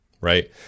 Right